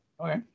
Okay